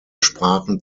sprachen